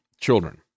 children